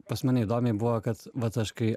pas mane įdomiai buvo kad vat aš kai